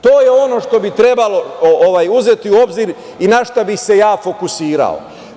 To je ono što bi trebalo uzeti u obzir i na šta bi se ja fokusirao.